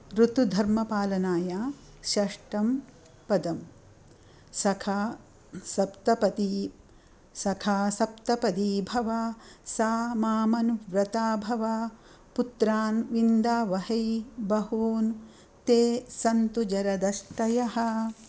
ऋतुधर्मपालनाय षष्टं पदं सखा सप्तपदी सखा सप्तपदी भव सा मामनुव्रता भव पुत्रान् विन्दावहै बहून् ते सन्तु जरदष्टयः